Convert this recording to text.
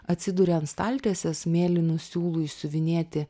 atsiduria ant staltiesės mėlynų siūlų išsiuvinėti